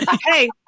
hey